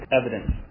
evidence